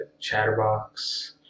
Chatterbox